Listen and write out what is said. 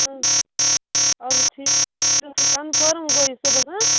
اَدٕ حظ ٹھیٖک سُہ کَنفٲرٕم گوٚو یہِ صُبحس ہاں